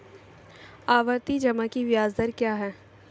आवर्ती जमा की ब्याज दर क्या है?